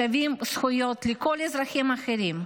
שווי זכויות לכל האזרחים האחרים,